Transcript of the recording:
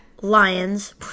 Lions